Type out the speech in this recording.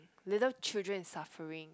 little children is suffering